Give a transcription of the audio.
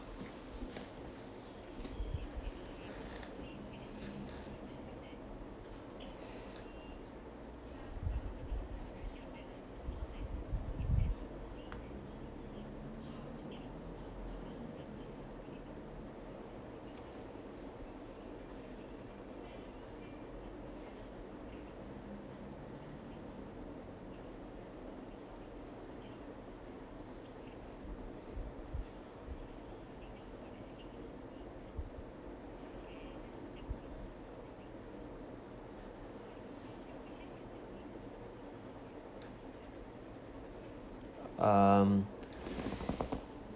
um